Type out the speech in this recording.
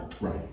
right